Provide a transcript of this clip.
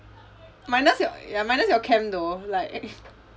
minus your ya minus your camp though like